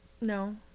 No